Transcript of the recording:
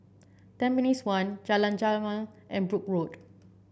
Tampines One Jalan Jamal and Brooke Road